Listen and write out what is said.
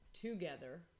together